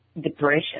depression